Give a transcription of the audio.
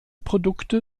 produkte